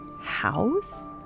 house